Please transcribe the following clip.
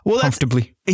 Comfortably